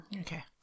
Okay